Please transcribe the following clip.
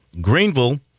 Greenville